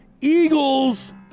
Eagles